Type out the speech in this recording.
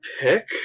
pick